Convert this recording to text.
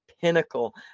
pinnacle